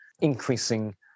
increasing